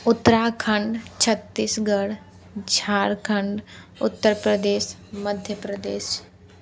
Uttarakhand Chhattisgarh Jharkhand Uttar Pradesh Madhya Pradesh